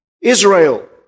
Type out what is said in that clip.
Israel